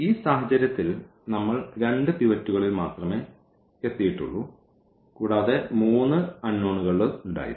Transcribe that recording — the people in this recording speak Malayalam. ഈ സാഹചര്യത്തിൽ നമ്മൾ രണ്ട് പിവറ്റുകളിൽ മാത്രമേ എത്തിയിട്ടുള്ളൂ കൂടാതെ മൂന്ന് അൺനോണുകളുണ്ടായിരുന്നു